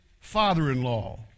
father-in-law